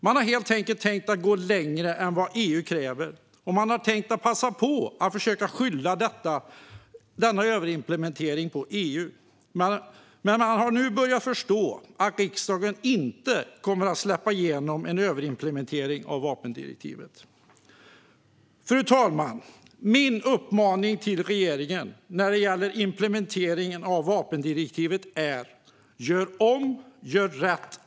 Man har helt enkelt tänkt gå längre än EU kräver. Och man har tänkt passa på att skylla denna överimplementering på EU. Men man har nu börjat förstå att riksdagen inte kommer att släppa igenom en överimplementering av vapendirektivet. Fru talman! Min uppmaning till regeringen när det gäller implementeringen av vapendirektivet är: Gör om! Gör rätt!